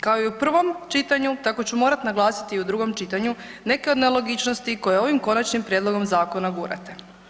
Kao i u prvom čitanju, tako ću morati naglasiti i u drugom čitanju neke od nelogičnosti koje ovim konačnim prijedlogom zakona gurate.